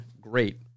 great